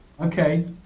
Okay